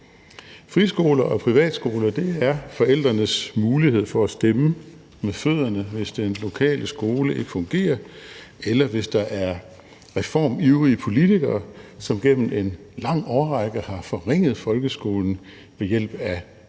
Friskoler og privatskoler er forældrenes mulighed for at stemme med fødderne, hvis den lokale skole ikke fungerer, eller hvis der er reformivrige politikere, som gennem en lang årrække har forringet folkeskolen ved hjælp af dårligt